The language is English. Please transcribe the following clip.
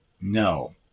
No